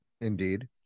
Indeed